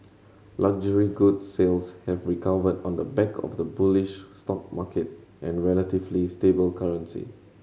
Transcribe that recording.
luxury goods sales have recovered on the back of the bullish stock market and relatively stable currency